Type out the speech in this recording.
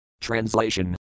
Translation